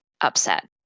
upset